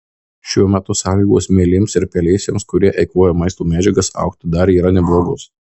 šiuo metu sąlygos mielėms ir pelėsiams kurie eikvoja maisto medžiagas augti dar yra neblogos